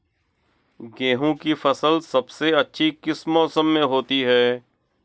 गेंहू की फसल सबसे अच्छी किस मौसम में होती है?